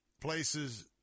places